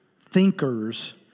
thinkers